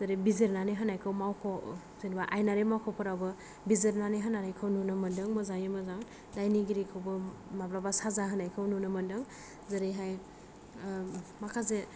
जेरै बिजिरनानै होनायखौ मावख' जेनेबा आयेनारि मावख'फोरावबो बिजिरनानै होनायखौ नुनो मोनदों मोजाङै मोजां दायनिगिरिखौबो माब्लाबा साजा होनायखौ नुनो मोनदों जेरैहाय माखासे